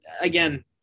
again